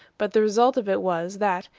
but the result of it was, that,